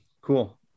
Cool